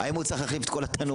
האם הוא צריך להחליף את כל התנורים,